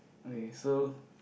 okay so